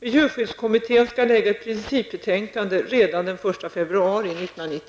Miljöskyddskommittén skall lägga fram ett principbetänkande redan den 1